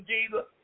Jesus